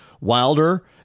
wilder